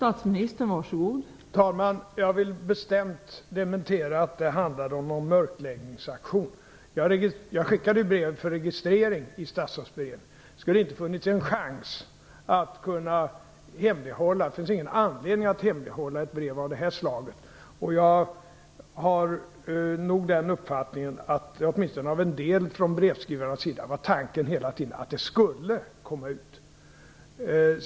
Fru talman! Jag vill bestämt dementera att det handlade om någon mörkläggningsaktion. Jag skickade brevet för registrering i Statsrådsberedningen. Det skulle inte ha funnits en chans att hemlighålla det. Det finns inte heller någon anledning att hemlighålla ett brev av det här slaget. Jag har nog den uppfattningen att tanken, åtminstone från en del av brevskrivarna, hela tiden var att det skulle komma ut.